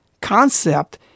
concept